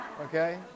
okay